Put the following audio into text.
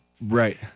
Right